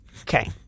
Okay